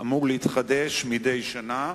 אמור להתחדש מדי שנה.